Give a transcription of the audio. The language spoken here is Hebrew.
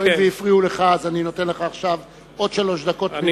הואיל והפריעו לך אני נותן לך עכשיו עוד שלוש דקות תמימות,